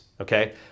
okay